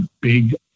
Big